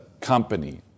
company